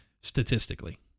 statistically